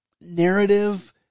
narrative